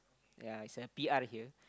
yea it's a P_R here